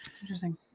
Interesting